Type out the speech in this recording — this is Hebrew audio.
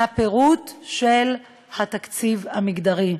מהפירוט של התקציב המגדרי.